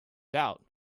out